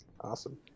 awesome